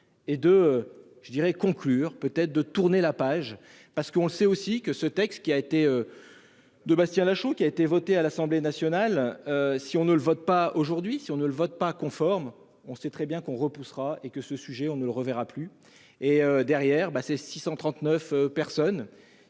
et de je dirais conclure peut-être de tourner la page parce qu'on sait aussi que ce texte qui a été. De Bastien Lachaud qui a été votée à l'Assemblée nationale. Si on ne le vote pas aujourd'hui si on ne le vote pas conforme. On sait très bien qu'on repoussera et que ce sujet, on ne le reverra plus et derrière ben c'est 639 personnes